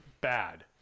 bad